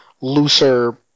looser